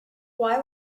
why